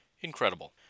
Incredible